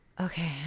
Okay